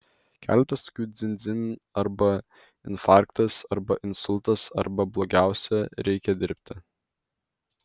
keletas tokių dzin dzin arba infarktas arba insultas arba blogiausia reikia dirbti